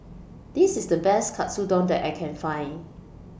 This IS The Best Katsudon that I Can Find